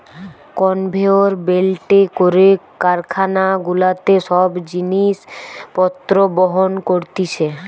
conveyor বেল্টে করে কারখানা গুলাতে সব জিনিস পত্র বহন করতিছে